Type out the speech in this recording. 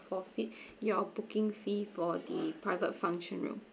forfeit your booking fee for the private function room